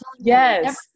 Yes